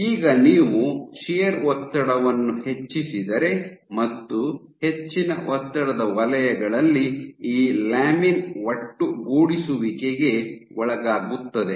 ಈಗ ನೀವು ಶಿಯರ್ ಒತ್ತಡವನ್ನು ಹೆಚ್ಚಿಸಿದರೆ ಮತ್ತು ಹೆಚ್ಚಿನ ಒತ್ತಡದ ವಲಯಗಳಲ್ಲಿ ಈ ಲ್ಯಾಮಿನ್ ಒಟ್ಟುಗೂಡಿಸುವಿಕೆಗೆ ಒಳಗಾಗುತ್ತದೆ